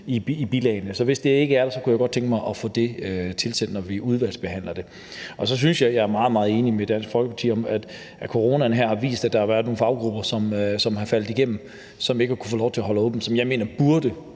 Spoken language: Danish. Så hvis det ikke er der, kunne jeg godt tænke mig at få det tilsendt, når vi udvalgsbehandler det. Så er jeg meget, meget enig med Dansk Folkeparti i, at coronaen her har vist, at der har været nogle faggrupper, som er faldet igennem, og som ikke har kunnet få lov til at holde åbent, og som jeg mener burde